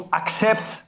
accept